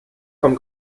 vom